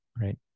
Right